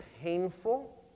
painful